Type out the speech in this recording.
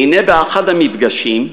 והנה, באחד המפגשים,